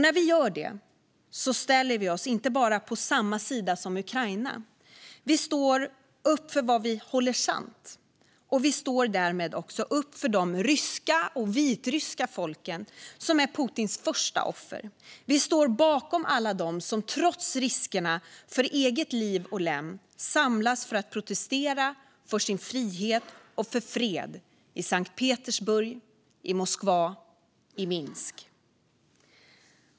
När vi gör det ställer vi oss inte bara på samma sida som Ukraina; vi står upp för vad vi håller sant, och vi står därmed också upp för de ryska och vitryska folken som är Putins första offer. Vi står bakom alla dem som trots riskerna för liv och lem samlas för att protestera för sin frihet och för fred i Sankt Petersburg, i Moskva, i Minsk.